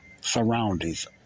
surroundings